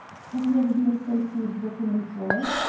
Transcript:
have you ever been associated with him before?